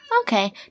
Okay